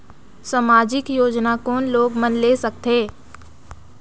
समाजिक योजना कोन लोग मन ले सकथे?